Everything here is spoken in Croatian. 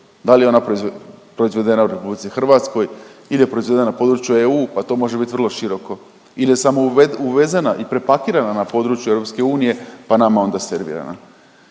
da li je ona proizvedena u RH ili je proizvedena na području EU pa to može bit vrlo široko ili je samo uvezena i prepakirana na području EU pa nama onda servirana.